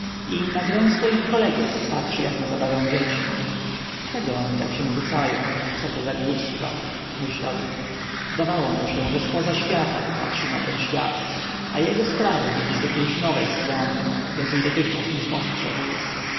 i na grę swoich kolegów patrzy jak na zabawę dzieci czego oni się tak rzucają coto za głupstwa myślał zdawało mu się że zpoza świata patrzy na ten świat a jego sprawy widzi z jakiejś nowej strony której dotychczas nie spostrzegł